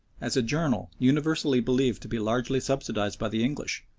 as a journal universally believed to be largely subsidised by the english,